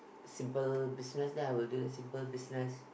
simple business then I will do the simple business